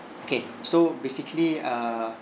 okay so basically err